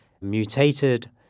mutated